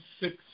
six